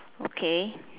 okay